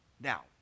Now